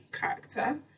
character